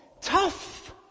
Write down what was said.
tough